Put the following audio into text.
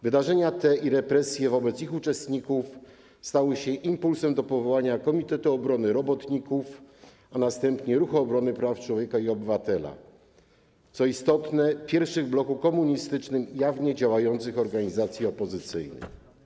Wydarzenia te i represje wobec ich uczestników stały się impulsem do powołania Komitetu Obrony Robotników, a następnie Ruchu Obrony Praw Człowieka i Obywatela, co istotne, pierwszych w bloku komunistycznym jawnie działających organizacji opozycyjnych.